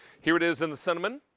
here it is in the cinnamon.